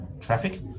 traffic